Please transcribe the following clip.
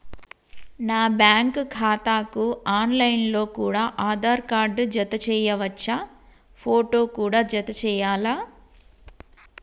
నా బ్యాంకు ఖాతాకు online లో కూడా ఆధార్ కార్డు జత చేయవచ్చా ఫోటో కూడా జత చేయాలా?